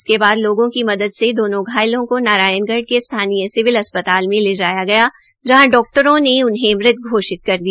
इसके लोगों की मदद से दोनों घायलों को नारायाण गढ़ के स्थानीय सिविल अस्पताल में ले जाया गया जहां डाक्टरों ने उन्हें मृत कर दिया